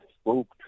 spoke